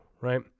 right